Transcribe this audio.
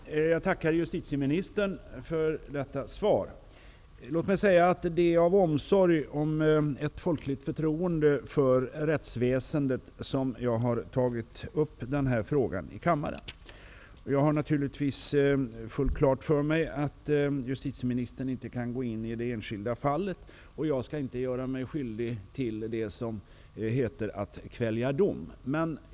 Herr talman! Jag tackar justitieministern för detta svar. Låt mig säga att det är av omsorg om ett folkligt förtroende för rättsväsendet som jag har tagit upp den här frågan i kammaren. Jag har naturligtvis fullt klart för mig att justitieministern inte kan gå in i det enskilda fallet, och jag skall inte göra mig skyldig till det som heter att kvälja dom.